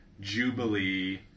Jubilee